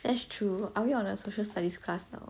that's true are we on a social studies class now